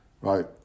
right